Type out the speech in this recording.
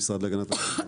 המשרד להגנת הסביבה.